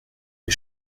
les